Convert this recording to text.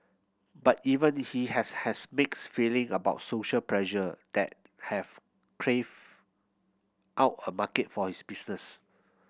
but even he has has mixed feeling about social pressure that have craved out a market for his business